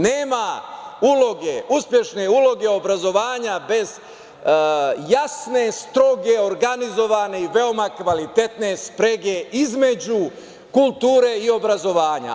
Nema uspešne uloge obrazovanja bez jasne, stroge, organizovane i veoma kvalitetne sprege između kulture i obrazovanja.